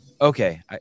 Okay